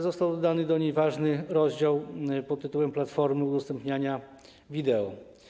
Został jednak dodany do niej ważny rozdział pt. „Platformy udostępniania wideo”